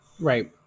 Right